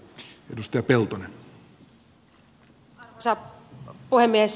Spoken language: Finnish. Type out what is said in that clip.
arvoisa puhemies